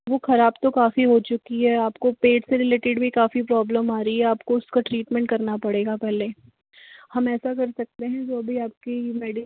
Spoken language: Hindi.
वो खराब तो काफ़ी हो चुकी है आपको पेट से रिलेटेड भी काफ़ी प्रॉब्लम आ रही है आपको उसका ट्रीटमेंट करना पड़ेगा पहले हम ऐसा कर सकते हैं जो अभी आपकी